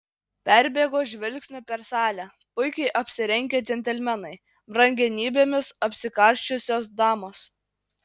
perbėgo žvilgsniu per salę puikiai apsirengę džentelmenai brangenybėmis apsikarsčiusios damos